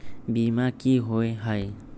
बीमा की होअ हई?